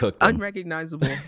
unrecognizable